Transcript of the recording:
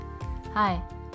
Hi